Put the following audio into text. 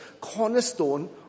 cornerstone